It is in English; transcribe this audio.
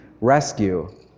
Rescue